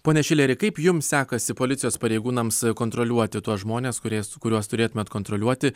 pone šileri kaip jums sekasi policijos pareigūnams kontroliuoti tuos žmones kurie su kuriuos turėtumėt kontroliuoti